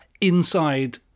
inside